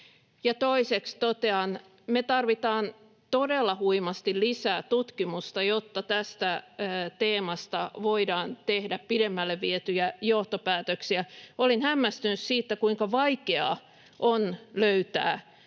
Toiseksi totean: Me tarvitaan todella huimasti lisää tutkimusta, jotta tästä teemasta voidaan tehdä pidemmälle vietyjä johtopäätöksiä. Olin hämmästynyt siitä, kuinka vaikeaa on löytää